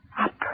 Up